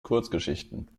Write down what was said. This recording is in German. kurzgeschichten